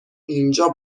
اینجا